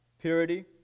purity